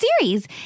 series